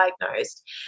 diagnosed